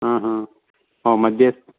हा हा हो मध्ये